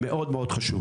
וזה מאוד מאוד חשוב.